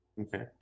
Okay